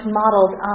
modeled